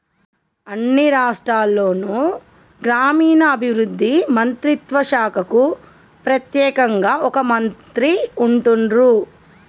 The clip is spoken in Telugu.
అన్ని రాష్ట్రాల్లోనూ గ్రామీణాభివృద్ధి మంత్రిత్వ శాఖకు ప్రెత్యేకంగా ఒక మంత్రి ఉంటాన్రు